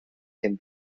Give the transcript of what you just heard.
can